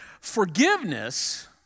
forgiveness